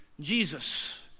Jesus